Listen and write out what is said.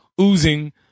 oozing